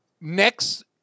next